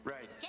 Right